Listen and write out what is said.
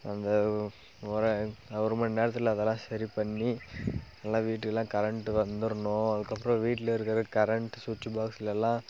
அந்த ஒரு ஒரு மணி நேரத்தில் அதெல்லாம் சரி பண்ணி எல்லா வீட்டுக்கெலாம் கரெண்ட்டு வந்துடணும் அதுக்கு அப்புறம் வீட்டில் இருக்கிற கரெண்ட் ஸ்விட்ச்சு பாக்ஸ்சிலயெல்லாம்